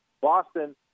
Boston